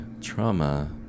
trauma